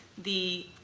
the